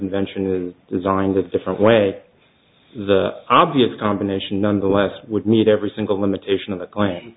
invention designed a different way the obvious combination nonetheless would meet every single limitation of